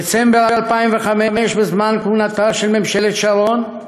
בדצמבר 2005, בזמן כהונתה של ממשלת שרון,